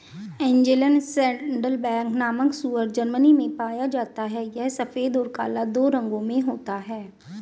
Angeln Saddleback नामक सूअर Germany में पाया जाता है यह सफेद और काला दो रंगों में होता है